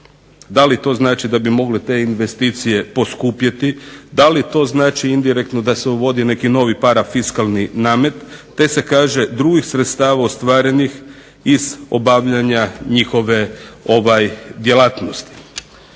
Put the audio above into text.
Da li to znači da bi mogle te investicije poskupjeti, da li to znači indirektno da se uvodi neki novi parafiskalni namet te se kaže drugih sredstava ostvarenih iz obavljanja njihove djelatnosti.